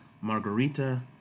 Margarita